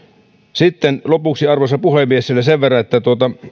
lopuksi arvoisa puhemies vielä sen verran että